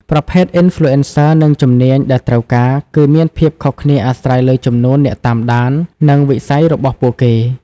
ប្រភេទ Influencer និងជំនាញដែលត្រូវការ គឺមានភាពខុសគ្នាអាស្រ័យលើចំនួនអ្នកតាមដាន និងវិស័យរបស់ពួកគេ។